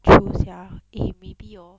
true sia eh maybe hor